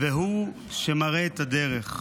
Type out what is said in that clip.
והוא שמראה את הדרך.